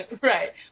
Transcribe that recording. Right